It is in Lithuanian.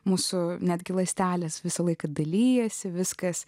mūsų netgi ląstelės visą laiką dalijasi viskas